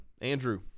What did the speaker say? Andrew